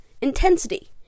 intensity